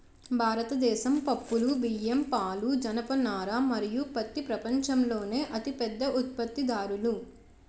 భారతదేశం పప్పులు, బియ్యం, పాలు, జనపనార మరియు పత్తి ప్రపంచంలోనే అతిపెద్ద ఉత్పత్తిదారులు